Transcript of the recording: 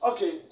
Okay